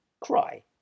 cry